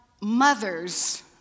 mothers